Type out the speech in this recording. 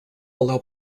allow